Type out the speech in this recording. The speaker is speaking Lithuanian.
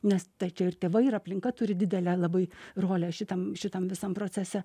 nes tai čia ir tėvai ir aplinka turi didelę labai rolę šitam šitam visam procese